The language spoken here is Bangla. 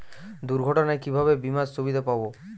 দুর্ঘটনায় কিভাবে বিমার সুবিধা পাব?